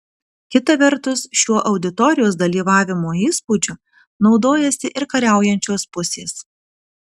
kita vertus šiuo auditorijos dalyvavimo įspūdžiu naudojasi ir kariaujančios pusės